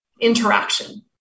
interaction